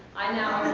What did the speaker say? i now